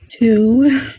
Two